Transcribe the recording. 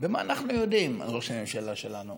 ומה אנחנו יודעים על ראש הממשלה שלנו.